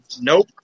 nope